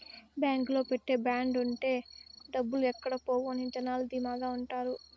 బాంకులో పెట్టే బాండ్ ఉంటే డబ్బులు ఎక్కడ పోవు అని జనాలు ధీమాగా ఉంటారు